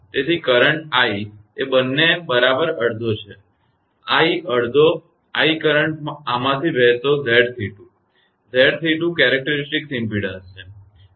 તેથી current i એ બંને બરાબર અડધા છે i અડધો i કરંટ આમાંથી વહેતો 𝑍𝑐2 𝑍𝑐2 લાક્ષણિક ઇમપેડન્સ બરાબર